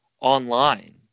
online